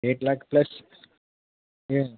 eight lakh plus